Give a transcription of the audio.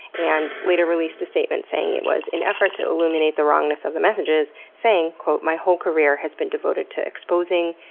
and later released a statement saying it was an effort to illuminate the wrongness of the messages, saying, my whole career has been devoted to exposing,